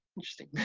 interesting.